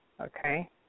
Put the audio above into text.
Okay